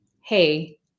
hey